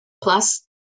Plus